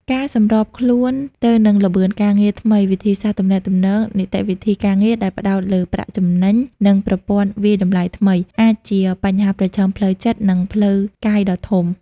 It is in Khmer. ការសម្របខ្លួនទៅនឹងល្បឿនការងារថ្មី វិធីសាស្រ្តទំនាក់ទំនង នីតិវិធីការងារដែលផ្តោតលើប្រាក់ចំណេញ និងប្រព័ន្ធវាយតម្លៃថ្មី អាចជាបញ្ហាប្រឈមផ្លូវចិត្ត និងផ្លូវកាយដ៏ធំ។